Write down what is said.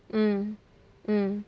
mm mm